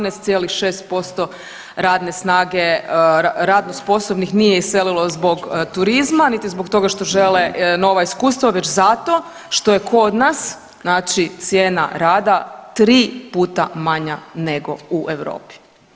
17,6% radne snage, radno sposobnih nije iselilo zbog turizma niti zbog toga što žele nova iskustva već zato što je kod nas, znači cijena rada tri puta manja nego u Europi.